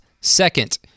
second